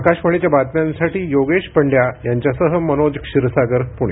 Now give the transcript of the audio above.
आकाशवाणीच्या बातम्यांसाठी योगेश पंड्या यांच्यासह मनोज क्षीरसागर पुणे